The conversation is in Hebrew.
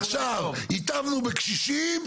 עכשיו, היטבנו בקשישים.